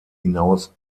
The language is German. hinaus